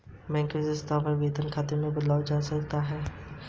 bank में प्रार्थना पत्र के माध्यम से खाते को वेतन खाते में बदलवाया जा सकता है